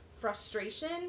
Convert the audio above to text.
frustration